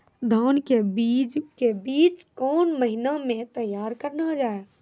धान के बीज के बीच कौन महीना मैं तैयार करना जाए?